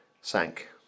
sank